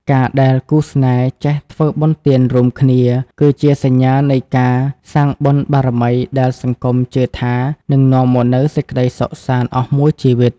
ការដែលគូស្នេហ៍ចេះ "ធ្វើបុណ្យទានរួមគ្នា" គឺជាសញ្ញានៃការសាងបុណ្យបារមីដែលសង្គមជឿថានឹងនាំមកនូវសេចក្ដីសុខសាន្តអស់មួយជីវិត។